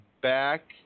Back